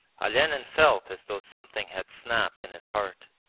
olenin felt as though something had snapped in his heart.